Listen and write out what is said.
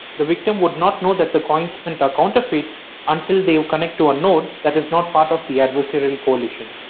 the victim would not know that the coins spent are counterfeit until they connect to a node that is not part of the adversary coalition.